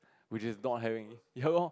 which is not having ya lor